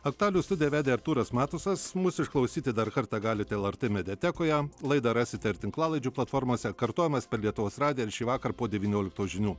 aktualijų studiją vedė artūras matusas mus išklausyti dar kartą galite lrt mediatekoje laidą rasite ir tinklalaidžių platformose kartojimas per lietuvos radiją šįvakar po devynioliktos žinių